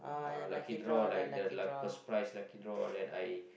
uh lucky draw like the first prize lucky draw that I